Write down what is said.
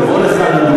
תבוא לכאן מוכן,